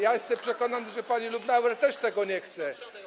Ja jestem przekonany, że pani Lubnauer też tego nie chce.